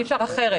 אי אפשר אחרת.